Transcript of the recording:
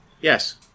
Yes